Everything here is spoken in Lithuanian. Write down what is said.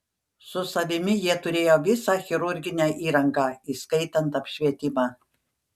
su savimi jie turėjo visą chirurginę įrangą įskaitant apšvietimą